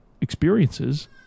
experiences